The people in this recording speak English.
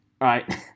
right